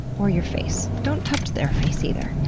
or your face. don't touch their face either.